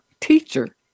teacher